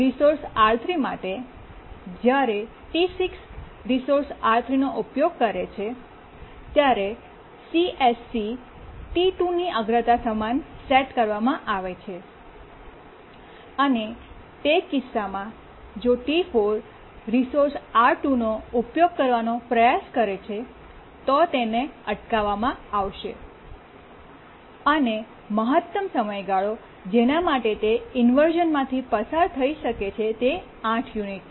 resource R3 માટે જ્યારે ટી6 રિસોર્સ R3 નો ઉપયોગ કરે છે ત્યારે CSC ટી2 ની અગ્રતાની સમાન સેટ કરવામાં આવે છે અને તે કિસ્સામાં જો ટી4 રિસોર્સ R2 નો ઉપયોગ કરવાનો પ્રયાસ કરે છે તો તેને અટકાવવામાં આવશે અને મહત્તમ સમયગાળો જેના માટે તે ઇન્વર્શ઼નમાંથી પસાર થઈ શકે છે તે 8 યુનિટ છે